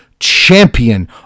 champion